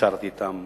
שרתי אתם,